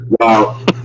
Wow